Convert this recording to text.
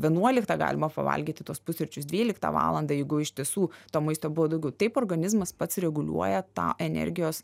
vienuoliktą galima pavalgyti tuos pusryčius dvyliktą valandą jeigu iš tiesų to maisto buvo daugiau taip organizmas pats reguliuoja tą energijos